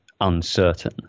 uncertain